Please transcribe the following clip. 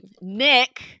Nick